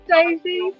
Daisy